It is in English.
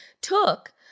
took